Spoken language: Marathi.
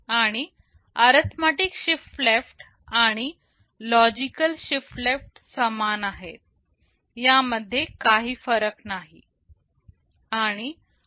आणि अरिथमेटिक शिफ्ट लेफ्ट आणि लॉजिकल शिफ्ट लेफ्ट समान आहेत यामध्ये काही फरक नाही